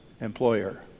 employer